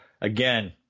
Again